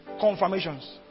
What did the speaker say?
confirmations